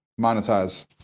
monetize